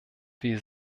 wir